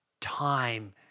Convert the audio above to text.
time